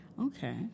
Okay